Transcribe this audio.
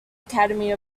academy